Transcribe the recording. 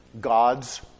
God's